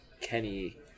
Kenny